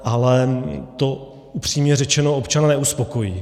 Ale to upřímně řečeno občana neuspokojí.